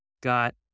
got